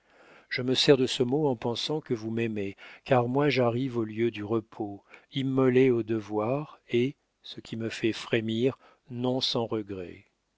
je me sers de ce mot en pensant que vous m'aimez car moi j'arrive au lieu du repos immolée au devoir et ce qui me fait frémir non sans regret